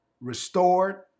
restored